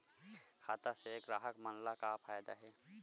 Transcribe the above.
खाता से ग्राहक मन ला का फ़ायदा हे?